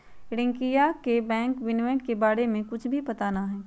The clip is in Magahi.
रियंकवा के बैंक विनियमन के बारे में कुछ भी पता ना हई